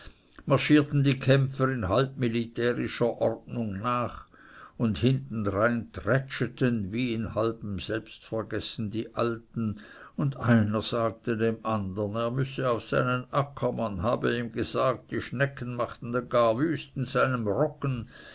marschierten die kämpfer in halbmilitärischer ordnung nach und hintendrein trätscheten wie in halbem selbstvergessen die alten und einer sagte dem andern er müsse auf seinen acker man habe ihm gesagt die schnecken machten gar wüst in seinem roggen